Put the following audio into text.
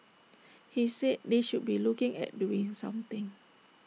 he said they should be looking at doing something